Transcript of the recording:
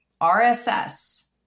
RSS